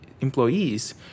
employees